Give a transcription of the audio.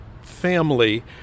family